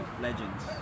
legends